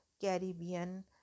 caribbean